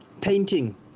painting